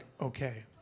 okay